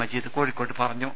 മജീദ് കോഴിക്കോട്ട് പറഞ്ഞു